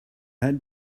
had